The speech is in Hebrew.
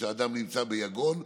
כשאדם נמצא ביגון,